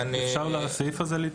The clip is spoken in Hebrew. אפשר להתייחס לסעיף הזה?